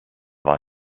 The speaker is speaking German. war